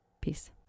Peace